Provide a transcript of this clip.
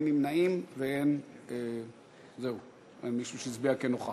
אין נמנעים ואין מישהו שהצביע כנוכח.